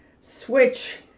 switch